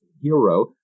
hero